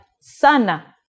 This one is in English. sana